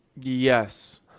Yes